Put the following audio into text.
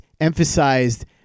emphasized